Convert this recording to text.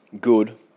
Good